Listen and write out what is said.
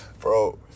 Bro